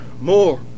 more